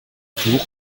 tour